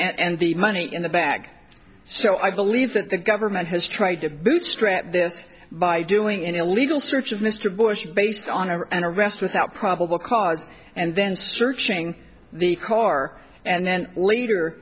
and the money in the bag so i believe that the government has tried to bootstrap this by doing an illegal search of mr bush based on a an arrest without probable cause and then searching the car and then later